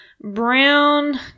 brown